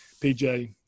PJ